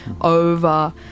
over